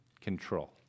control